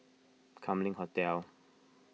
Kam Leng Hotel